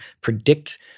predict